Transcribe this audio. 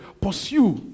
Pursue